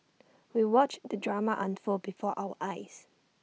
we watched the drama unfold before our eyes